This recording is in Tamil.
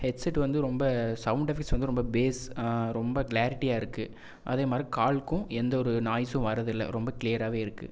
ஹெட்செட் வந்து ரொம்ப சவுண்ட் எஃபெக்ட்ஸ் வந்து ரொம்ப பேஸ் ரொம்ப க்ளாரிட்டியாருக்கு அதேமாரி கால்க்கும் எந்தவொரு நாய்ஸ்ஸும் வர்றதில்ல ரொம்ப க்ளியராகவே இருக்குது